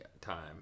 time